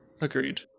Agreed